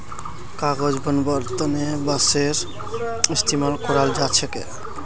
कागज बनव्वार तने बांसेर इस्तमाल कराल जा छेक